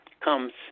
comes